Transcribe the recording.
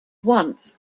once